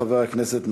חבר הכנסת נגוסה,